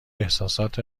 احساسات